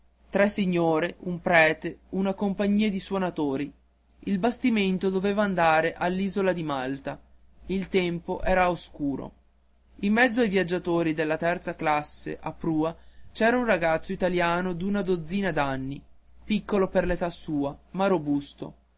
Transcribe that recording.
tre signore un prete una compagnia di suonatori il bastimento doveva andare all'isola di malta il tempo era oscuro in mezzo ai viaggiatori della terza classe a prua c'era un ragazzo italiano d'una dozzina d'anni piccolo per l'età sua ma robusto